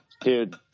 Dude